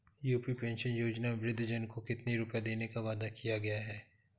UP pension योजना में वृद्धजन को कितनी रूपये देने का वादा किया गया है?